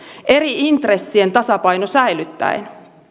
eri intressien tasapainon säilyttäen